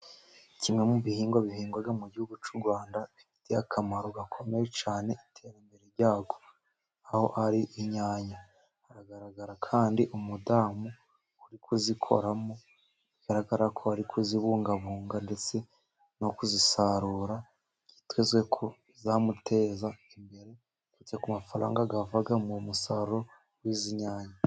Kimwe mu bihingwa, bihingwa mu gihugu cy'u Rwanda bifitiye akamaro gakomeye cyane iterambere ryarwo. Aho hari inyanya. Hagaragara kandi umudamu uri kuzikoramo, bigaragara ko ari kuzibungabunga, ndetse no kuzisarura. Byitezwe ko zamuteza imbere . Kurya ku mafaranga ava mu musaruro w'izi nyanya